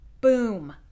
Boom